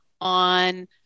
on